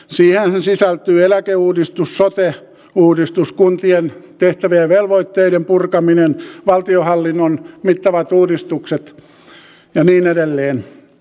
siihenhän sisältyy eläkeuudistus sote uudistus kuntien tehtävien ja velvoitteiden purkaminen valtionhallinnon mittavat uudistukset ja niin edelleen